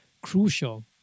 crucial